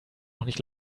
doch